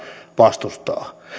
vastustaa